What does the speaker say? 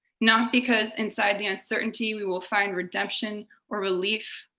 not because inside the uncertainty we will find redemption or relief.